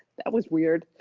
that was weird,